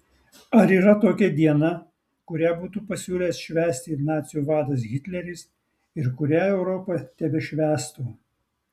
ar yra tokia diena kurią būtų pasiūlęs švęsti nacių vadas hitleris ir kurią europa tebešvęstų